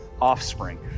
offspring